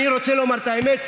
אני רוצה לומר את האמת,